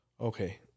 okay